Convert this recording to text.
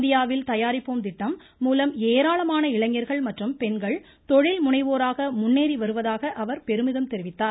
இந்தியாவில் தயாரிப்போம் திட்டம் மூலம் ஏராளமான இளைஞர்கள் மற்றும் பெண்கள் தொழில் முனைவோராக முன்னேறி வருவதாகவும் அவர் பெருமிதம் தெரிவித்தார்